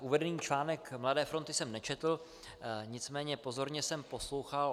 Uvedený článek Mladé fronty jsem nečetl, nicméně pozorně jsem poslouchal.